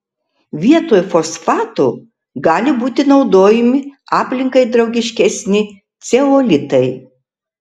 vietoj fosfatų gali būti naudojami aplinkai draugiškesni ceolitai